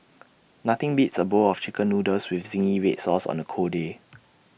nothing beats A bowl of Chicken Noodles with Zingy Red Sauce on A cold day